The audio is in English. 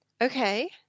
Okay